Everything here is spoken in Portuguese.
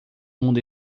mundo